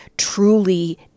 truly